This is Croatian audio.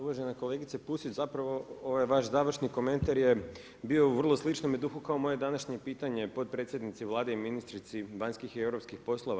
Uvažena kolegice Pusić, zapravo ovaj vaš završni komentar je bio u vrlo sličnom duhu kao moje današnje pitanje potpredsjednici Vlade i ministrici vanjskih i europskih poslova.